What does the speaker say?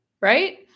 Right